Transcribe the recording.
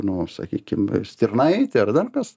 nu sakykim stirnaitė ar dar kas